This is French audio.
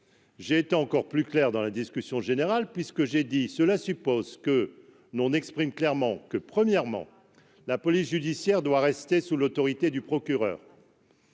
j'ai été encore plus clair dans la discussion générale puisque, j'ai dit cela suppose que nous exprime clairement que, premièrement, la police judiciaire doit rester sous l'autorité du procureur.